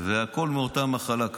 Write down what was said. והכול מאותה מחלה,